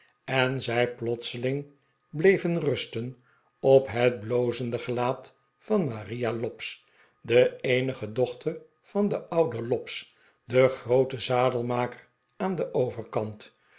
en zij plotseling bleven rusten op het blozende gelaat van maria lobbs de eenige dochter van den ouden lobbs den grooten zadelmaker aan den overkant